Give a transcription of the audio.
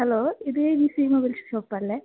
hello ഇത് easy mobile shop അല്ലേ